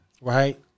Right